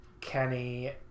Kenny